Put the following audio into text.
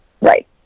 Right